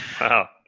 wow